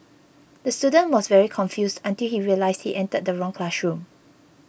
the student was very confused until he realised he entered the wrong classroom